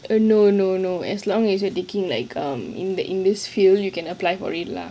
oh no no no as long as you are taking like um in the in this field you can apply for it lah